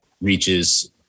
reaches